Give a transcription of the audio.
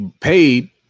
paid